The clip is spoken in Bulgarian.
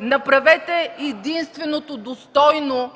Направете единственото достойно